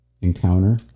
encounter